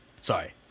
Sorry